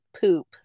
poop